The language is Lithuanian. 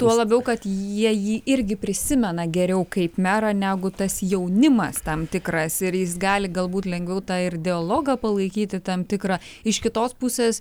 tuo labiau kad jie jį irgi prisimena geriau kaip merą negu tas jaunimas tam tikras ir jis gali galbūt lengviau tą ir dialogą palaikyti tam tikrą iš kitos pusės